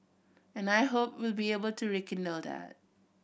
and I hope we'll be able to rekindle that